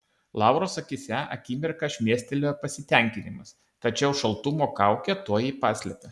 lauros akyse akimirką šmėstelėjo pasitenkinimas tačiau šaltumo kaukė tuoj jį paslėpė